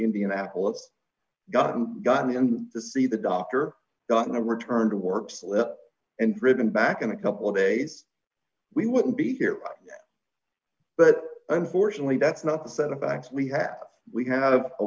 indianapolis got got me in to see the doctor got in a return to work slip and driven back in a couple of days we wouldn't be here but unfortunately that's not the set of facts we have we have a